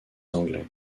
anglais